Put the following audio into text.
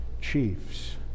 chiefs